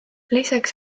lisaks